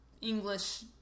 English